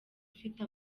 ufite